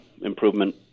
improvement